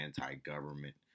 anti-government